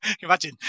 imagine